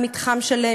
מתחם שלם,